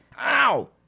Ow